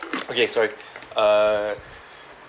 okay sorry uh